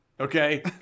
Okay